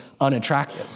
unattractive